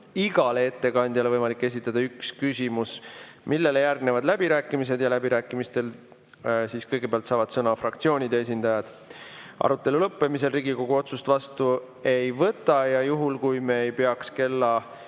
igale ettekandjale võimalik esitada üks küsimus. Järgnevad läbirääkimised. Läbirääkimistel saavad kõigepealt sõna fraktsioonide esindajad. Arutelu lõppemisel Riigikogu otsust vastu ei võta. Juhul, kui me ei peaks kella